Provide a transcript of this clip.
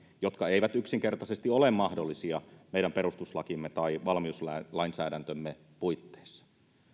jotka eivät yksinkertaisesti ole mahdollisia meidän perustuslakimme tai valmiuslainsäädäntömme puitteissa